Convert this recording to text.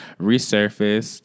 resurfaced